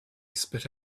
spit